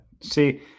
See